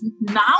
now